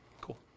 Cool